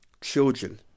children